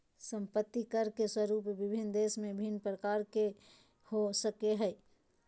संपत्ति कर के स्वरूप विभिन्न देश में भिन्न प्रकार के हो सको हइ